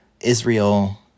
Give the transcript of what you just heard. Israel